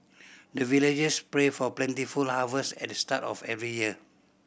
the villagers pray for plentiful harvest at the start of every year